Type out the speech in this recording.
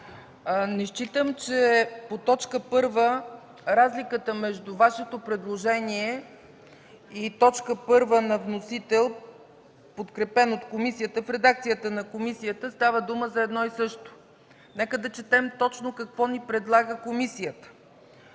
не считам, че в т. 1 разликата между Вашето предложение и т. 1 на вносител, подкрепена от комисията, в редакцията на комисията, става дума за едно и също. Нека да четем точно какво ни предлага комисията: